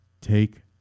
take